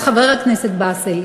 אז חבר הכנסת באסל,